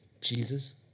Jesus